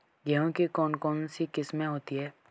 गेहूँ की कौन कौनसी किस्में होती है?